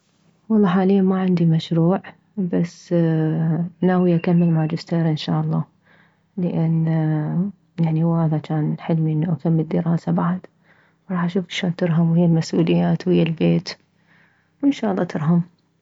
والله حاليا ما عندي مشروع بس ناوية اكمل ماجستير ان شالله لان يعني هو هذا جان حلمي انه اكمل دراسة بعد راح اشوف شلون ترهم ويه المسؤوليات ويه البيت وان شالله ترهم